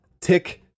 tick